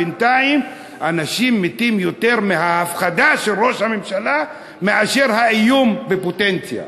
בינתיים אנשים מתים יותר מההפחדה של ראש הממשלה מאשר האיום בפוטנציה.